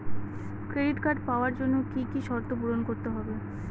Credit card পাওয়ার জন্য কি কি শর্ত পূরণ করতে হবে?